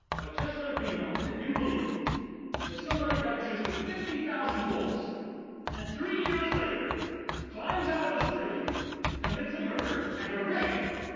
but just let it be known that you believe that somebody got juiced with fifty thousand volts and three years later climbs out of his grave commits a murder and a rape